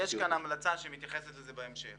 יש כאן המלצה שמתייחסת לזה בהמשך.